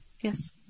Yes